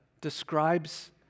describes